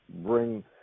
bring